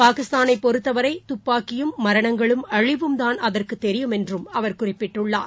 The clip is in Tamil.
பாகிஸ்தானைபொறுத்தவரைதுப்பாக்கியும் மரணங்களும் அழிவும் தான் அதற்குதெரியும் என்றும் அவர் குறிப்பிட்டுள்ளார்